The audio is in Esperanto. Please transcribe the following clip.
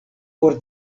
por